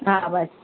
हा बसि